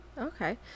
Okay